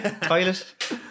toilet